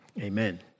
Amen